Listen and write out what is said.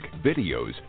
videos